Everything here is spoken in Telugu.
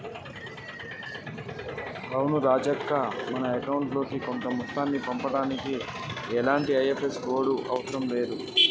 అవును రాజక్క మనం అకౌంట్ లోకి కొంత మొత్తాన్ని పంపుటానికి ఇలాంటి ఐ.ఎఫ్.ఎస్.సి కోడ్లు అవసరం లేదు